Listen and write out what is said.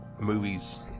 movies